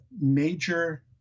major